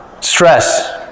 Stress